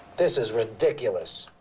this is ridiculous.